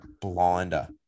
blinder